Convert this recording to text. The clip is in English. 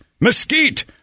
Mesquite